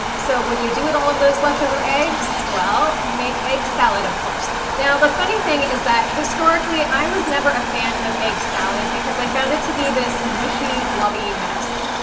so what do you do with all of those leftover eggs? well, you make egg salad, of course. now, the funny thing is that historically, i was never a fan of egg salad because i found it to be this mushy, blubby mess.